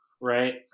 right